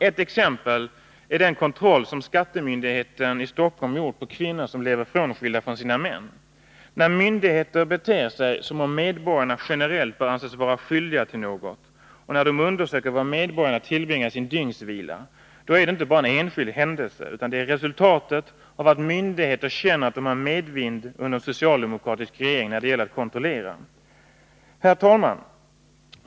Ett exempel utgör den kontroll som skattemyndigheten i Stockholm gjort när det gäller kvinnor som lever skilda från sina män. När myndigheter beter sig på ett sådant sätt att medborgarna generellt framstår som skyldiga till något, och när myndigheterna undersöker var medborgarna tillbringar sin dygnsvila, är det inte bara fråga om en enstaka händelse, utan det är ett resultat av myndigheternas medvetenhet om att de under en socialdemokratisk regering har medvind när det gäller att kontrollera. Herr talman!